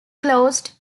closed